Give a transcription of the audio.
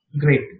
Great